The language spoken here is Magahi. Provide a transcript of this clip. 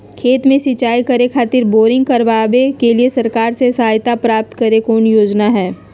खेत में सिंचाई करे खातिर बोरिंग करावे के लिए सरकार से सहायता प्राप्त करें के कौन योजना हय?